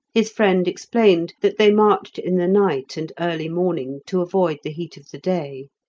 his friend explained that they marched in the night and early morning to avoid the heat of the day.